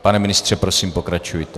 Pane ministře, prosím, pokračujte.